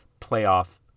playoff